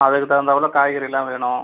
அதுக்கு தகுந்தாப்பில் காய்கறிலாம் வேணும்